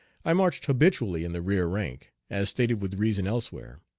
i marched habitually in the rear rank, as stated with reason elsewhere.